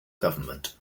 government